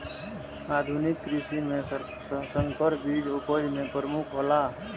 आधुनिक कृषि में संकर बीज उपज में प्रमुख हौला